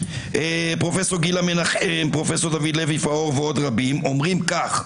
פרופ' דוד לוי פאור ועוד רבים אומרים כך: